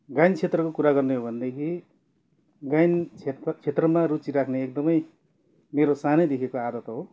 गायन क्षेत्रको कुरा गर्ने हो भनेदेखि गायन क्षेत्र क्षेत्रमा रुचि राख्ने एकदमै मेरो सानैदेखिको आदत हो